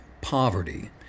poverty